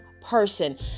person